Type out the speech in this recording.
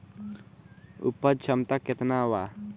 उपज क्षमता केतना वा?